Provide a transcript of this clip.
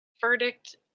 verdict